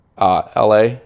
LA